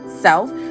self